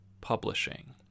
publishing